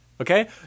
Okay